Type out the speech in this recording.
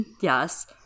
Yes